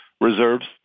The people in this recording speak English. reserves